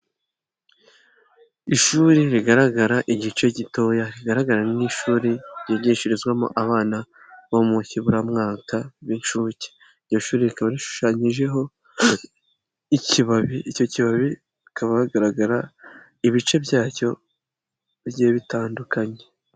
Ishuri rigaragara igice gitoya, rigaragara nk'ishuri ryigishirizwamo abana bo mu kiburamwaka b'inshuke. Iryo shuri rikaba rishushanyijeho ikibabi. Icyo kibabi hakaba hagaragara ibice byacyo bigiye bitandukanye.